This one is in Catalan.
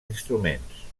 instruments